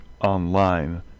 online